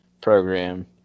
program